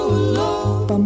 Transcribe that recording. alone